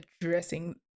addressing